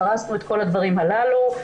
פרשנו את כל הדברים הללו.